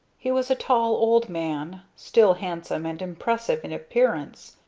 he was a tall old man, still handsome and impressive in appearance,